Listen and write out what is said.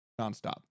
nonstop